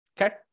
okay